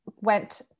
went